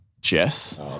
Jess